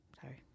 sorry